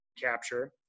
capture